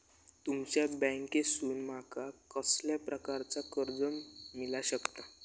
तुमच्या बँकेसून माका कसल्या प्रकारचा कर्ज मिला शकता?